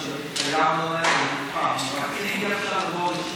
שהתחייבנו להם, אי-אפשר לבוא,